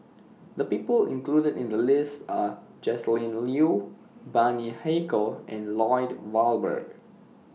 The People included in The list Are Joscelin Leo Bani Haykal and Lloyd Valberg